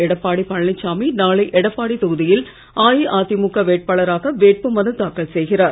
எடப்பாடி பழனிசாமி நாளை எடப்பாடி தொகுதியில் அஇஅதிமுக வேட்பாளராக வேட்பு மனு தாக்கல் செய்கிறார்